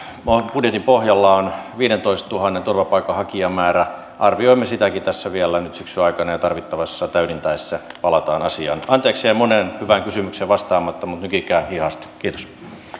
budjetin pohjalla on viidentoistatuhannen turvapaikanhakijan määrä arvioimme sitäkin tässä vielä nyt syksyn aikana ja tarvittaessa täydennettäessä palataan asiaan anteeksi jäi moneen hyvään kysymykseen vastaamatta mutta nykikää hihasta kiitos